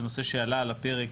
זה נושא שעלה על הפרק